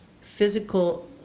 physical